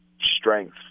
strength